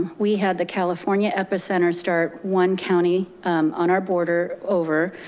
we had the california epicenter start one county on our border over,